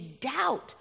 doubt